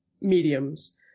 mediums